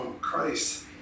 Christ